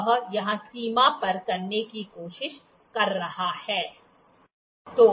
वह यहां सीमा पार करने की कोशिश कर रहा है